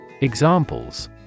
Examples